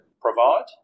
provide